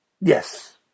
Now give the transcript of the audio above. Yes